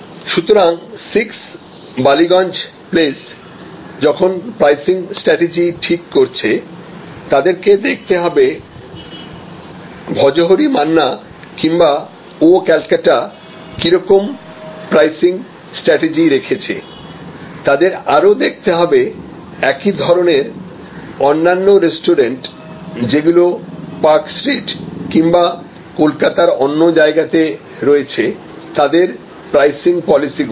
সুতরাং six Ballygunge place যখন pricing strategy ঠিক করছে তাদেরকে দেখতে হবে ভজহরি মান্না কিংবা ও ক্যালকাটা কিরকম প্রাইসিং স্ট্র্যাটেজি রেখেছে তাদের আরও দেখতে হবে একই ধরনের অন্যান্য রেস্টুরেন্ট যেগুলো পার্কস্ট্রিট কিংবা কলকাতার অন্য জায়গাতে রয়েছে তাদের প্রাইসিং পলিসি গুলো